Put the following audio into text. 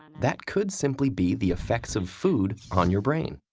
and that could simply be the effects of food on your brain.